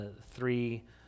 three